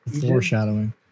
foreshadowing